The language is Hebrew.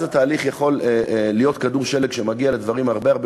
אז התהליך יכול להיות כדור שלג שמגיע לדברים הרבה הרבה